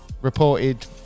reported